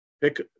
pick